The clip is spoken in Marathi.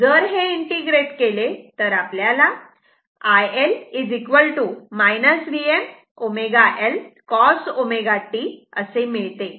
जर हे इंटिग्रेट केले तर आपल्याला iL Vm ω L cos ω t असे मिळते